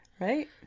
Right